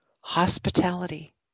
hospitality